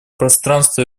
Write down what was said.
пространства